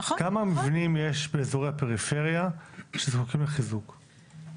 כמה מבנים יש באזורי הפריפריה שזקוקים לחיזוק?